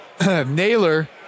Naylor